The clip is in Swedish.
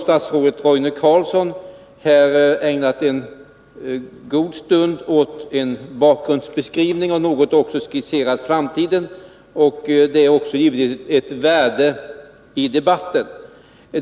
Statsrådet Roine Carlsson ägnade en god stund åt att ge en bakgrundsbeskrivning och skisserade också något framtiden. Det är givetvis av värde i debatten.